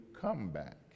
comeback